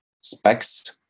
specs